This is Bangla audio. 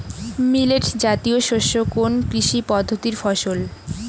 মিলেট জাতীয় শস্য কোন কৃষি পদ্ধতির ফসল?